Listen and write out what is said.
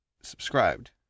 subscribed